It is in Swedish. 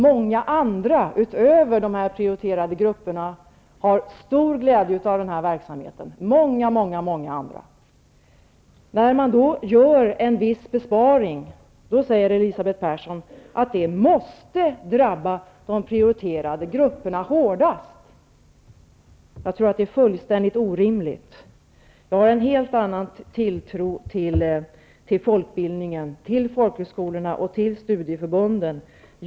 Många utöver de här prioriterade grupperna har stor glädje av verksamheten -- det gäller många, många andra. När man då gör en viss besparing säger Elisabeth Persson att det måste drabba de prioriterade grupperna hårdast. Jag tror att det är fullständigt orimligt. Jag har en helt annan tilltro till folkbildningen, till folkhögskolorna och till studieförbunden.